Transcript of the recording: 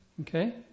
Okay